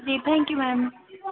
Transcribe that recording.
ji thank you ma'am